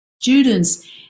students